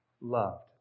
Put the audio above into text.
loved